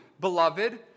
beloved